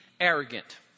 arrogant